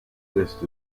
list